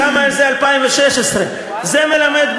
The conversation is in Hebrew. שמה על זה 2016. זה מלמד,